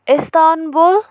Istanbul